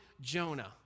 Jonah